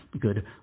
good